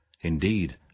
Indeed